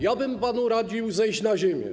Ja bym panu radził zejść na ziemię.